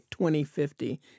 2050